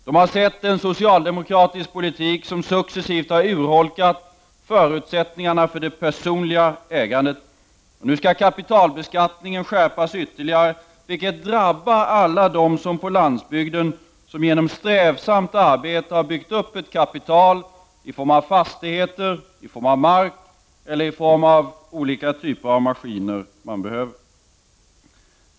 De har sett en socialdemokratisk politik som successivt har urholkat förutsättningarna för det personliga ägandet, och nu skall kapitalbeskattningen skärpas ytterligare, vilket drabbar alla dem som på landsbygden som genom strävsamt arbete har byggt upp ett kapital i form av fastigheter , i form av mark eller i form av olika typer av maskiner som behövs.